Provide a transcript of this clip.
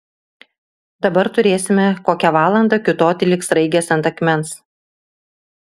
dabar turėsime kokią valandą kiūtoti lyg sraigės ant akmens